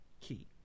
key